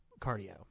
cardio